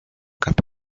cup